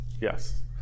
yes